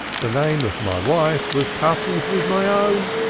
the name of my wife was coupled with my own.